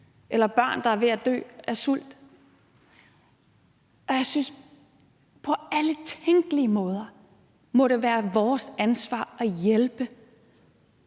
eller børn, der er ved at dø af sult. Og jeg synes, at det på alle tænkelige måder må være vores ansvar at hjælpe